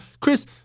Chris